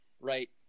right